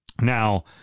Now